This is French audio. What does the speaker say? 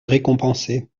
récompenser